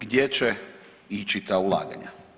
Gdje će ići ta ulaganja?